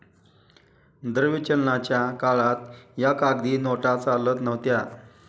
द्रव्य चलनाच्या काळात या कागदी नोटा चालत नव्हत्या